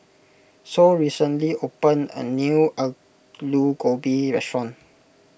Sol recently opened a new Aloo Gobi restaurant